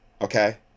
okay